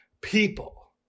people